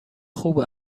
خوب